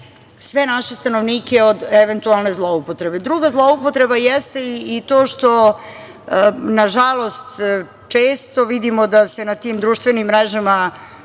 sve naše stanovnike od eventualne zloupotrebe. Druga zloupotreba jeste i to što, nažalost, često vidimo da se na tim društvenim mrežama